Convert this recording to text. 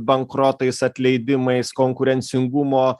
bankrotais atleidimais konkurencingumo